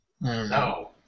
No